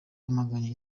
bahanganye